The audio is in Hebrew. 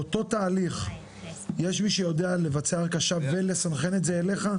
באותו תהליך יש מי שיודע לבצע הרכשה ולסנכרן את זה אליך?